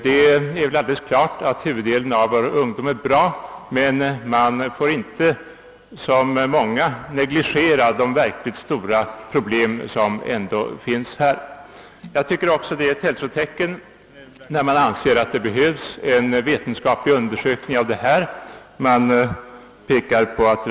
Det är alldeles klart att huvuddelen av vår ungdom är bra, men man får inte — som många gör — negligera de verkligt stora problem som ändå finns. Det är också ett hälsotecken när utskottet skriver att det behövs en vetenskaplig undersökning av dessa frågor.